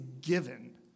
given